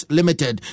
Limited